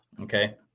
okay